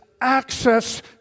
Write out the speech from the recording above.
access